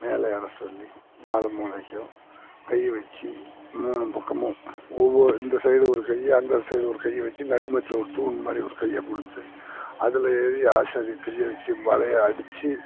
மேலே ஏற சொல்லி நாலு மூலைக்கும் கை வச்சு மூணு பக்கமும் ஒவ்வொ இந்த சைடு கை அந்த சைடு கையை வச்சு நடுமேட்டில் ஒரு தூண் மாதிரி ஒரு கையை கொடுத்து அதில் ஏறி ஆசாரி கையை வச்சு வலையை அடிச்சு